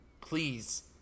Please